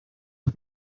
sus